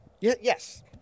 Yes